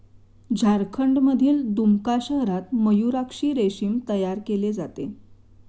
झारखंडमधील दुमका शहरात मयूराक्षी रेशीम तयार केले जाते